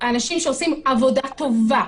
שהאנשים שעושים עבודה טובה,